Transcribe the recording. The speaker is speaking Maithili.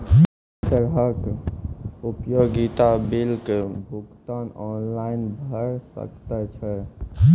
कुनू तरहक उपयोगिता बिलक भुगतान ऑनलाइन भऽ सकैत छै?